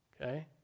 Okay